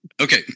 okay